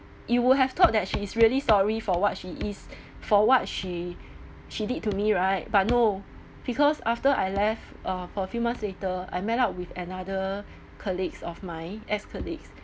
you would have thought that she is really sorry for what she is for what she she did to me right but no because after I left uh for a few months later I met up with another colleagues of mine ex-colleagues